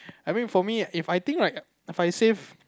I mean for me If I think like If I save